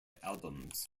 albums